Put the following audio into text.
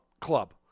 club